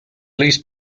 least